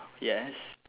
yes